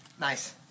Nice